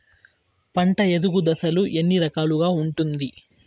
పంట ఎదుగు దశలు ఎన్ని రకాలుగా ఉంటుంది?